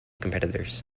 competitors